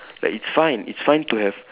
like it's fine it's fine to have